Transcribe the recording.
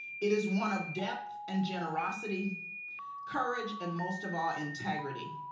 it is one of depth and generosity courage and most of all integrity.